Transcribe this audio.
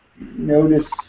Notice